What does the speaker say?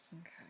Okay